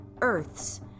Earths